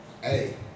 Hey